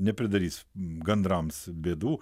nepridarys gandrams bėdų